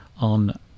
on